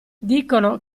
dicono